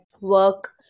work